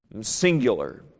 Singular